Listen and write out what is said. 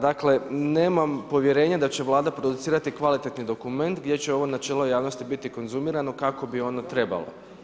Dakle nemam povjerenje da će Vlada producirati kvalitetni dokument gdje će ovo načelo javnosti biti konzumirano kako bi ono trebalo.